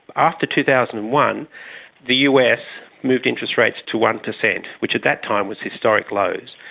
after two thousand and one the us moved interest rates to one percent, which at that time was historic lows.